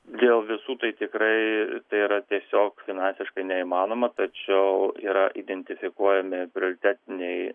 dėl visų tai tikrai tai yra tiesiog finansiškai neįmanoma tačiau yra identifikuojami prioritetiniai